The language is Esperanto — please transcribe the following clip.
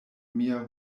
mia